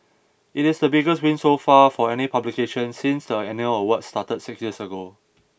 it is the biggest win so far for any publication since the annual awards started six years ago